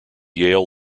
yale